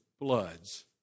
Bloods